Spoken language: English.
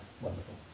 wonderful